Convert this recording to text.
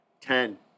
ten